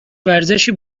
ورزشی